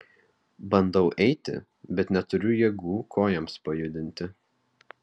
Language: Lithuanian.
bandau eiti bet neturiu jėgų kojoms pajudinti